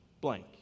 blank